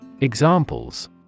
Examples